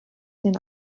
den